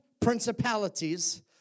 principalities